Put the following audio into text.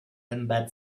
embed